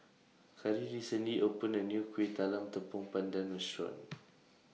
Kari recently opened A New Kuih Talam Tepong Pandan Restaurant